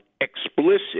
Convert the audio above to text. explicit